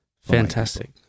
fantastic